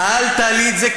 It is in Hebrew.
אל תעלי את זה,